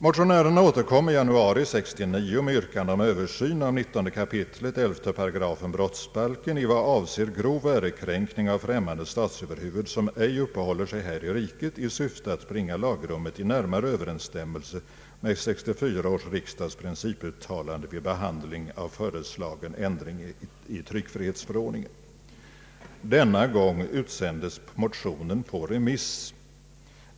Motionärerna återkom i januari 1969 med yrkande om översyn av 19 kap. 11 8 brottsbalken i vad avser grov ärekränkning av främmande statsöverhuvud som ej uppehåller sig här i riket, i syfte att bringa lagrummet i närmare överensstämmelse med 1964 års riksdags principuttalande vid behandlingen av föreslagen ändring i tryckfrihetsförordningen. Denna gång utsändes motionen på remiss.